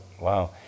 Wow